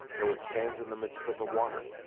though it stands in the midst of the water!